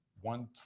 One